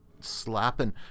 slapping